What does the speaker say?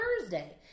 Thursday